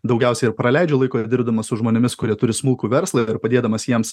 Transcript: daugiausiai ir praleidžiu laiko dirbdamas su žmonėmis kurie turi smulkų verslą ir padėdamas jiems